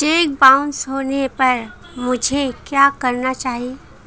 Check bounce होने पर मुझे क्या करना चाहिए?